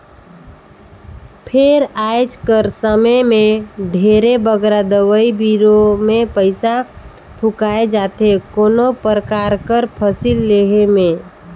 फेर आएज कर समे में ढेरे बगरा दवई बीरो में पइसा फूंकाए जाथे कोनो परकार कर फसिल लेहे में